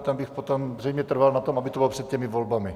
Tam bych potom zřejmě trval na tom, aby to bylo před těmi volbami.